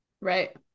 Right